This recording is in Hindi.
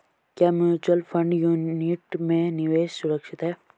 क्या म्यूचुअल फंड यूनिट में निवेश सुरक्षित है?